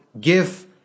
give